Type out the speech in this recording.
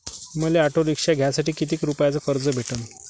मले auto rickshaw घ्यासाठी कितीक रुपयाच कर्ज भेटनं?